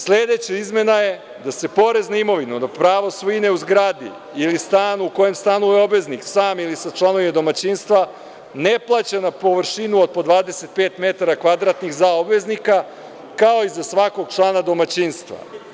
Sledeća izmena je da se porez na imovinu, da pravo svojine u zgradi ili stanu u kome stanuje obveznik sam ili sa članovima domaćinstva ne plaća na površinuod po 25 metara kvadratnih za obveznika, kao i za svakog člana domaćinstva.